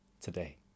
today